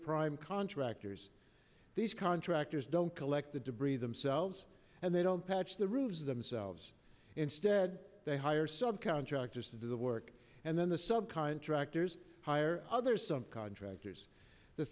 prime contractors these contractors don't collect the debris themselves and they don't patch the rubes themselves instead they hire subcounty actors to do the work then the sub contractors hire other some contractors the